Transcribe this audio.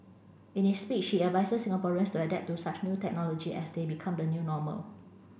in his speech he advises Singaporeans to adapt to such new technology as they become the new normal